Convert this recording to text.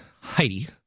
Heidi